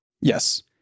Yes